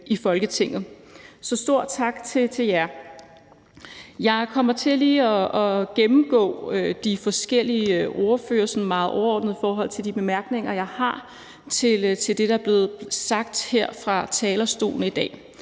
Så stor tak til jer. Jeg kommer til lige at gennemgå de forskellige ordførere, sådan meget overordnet, i forhold til de bemærkninger, jeg har til det, der er blevet sagt her fra talerstolen i dag.